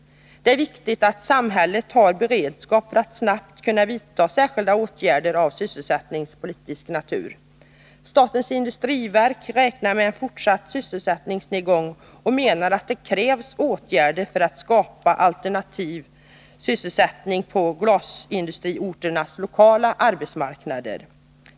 Det är viktigt att samhället har beredskap för att snabbt kunna vidta särskilda åtgärder av sysselsättningspolitisk natur. Statens industriverk räknar med en fortsatt sysselsättningsnedgång och menar att det krävs åtgärder för att skapa alternativ sysselsättning på glasindustriorternas lokala arbetsmarknader.